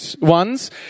ones